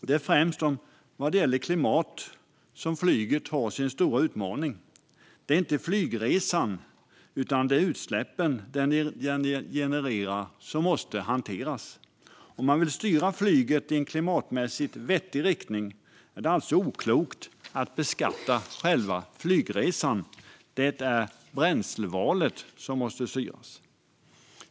Det är främst vad gäller klimatet som flyget har sin stora utmaning. Det är inte flygresan utan utsläppen som den genererar som måste hanteras. Om man vill styra flyget i en klimatmässigt vettig riktning är det alltså oklokt att beskatta själva flygresan. Det är bränslevalet som måste styras.